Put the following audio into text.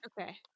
Okay